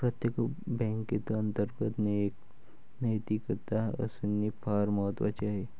प्रत्येक बँकेत अंतर्गत नैतिकता असणे फार महत्वाचे आहे